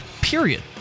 period